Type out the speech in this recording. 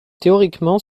théoriquement